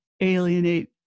alienate